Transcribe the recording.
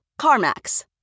CarMax